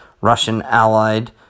Russian-allied